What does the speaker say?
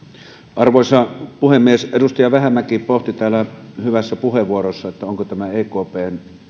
arvoisa puhemies kun edustaja vähämäki pohti täällä hyvässä puheenvuorossaan onko tämä ekpn